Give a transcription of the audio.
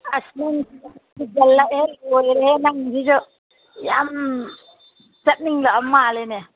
ꯑꯁ ꯅꯪꯁꯤꯁꯨ ꯊꯨꯖꯜꯂꯛꯑꯦꯍꯦ ꯂꯣꯏꯔꯦꯍꯦ ꯅꯪꯁꯤꯁꯨ ꯌꯥꯝ ꯆꯠꯅꯤꯡꯂꯛꯑ ꯃꯥꯜꯂꯦꯅꯦ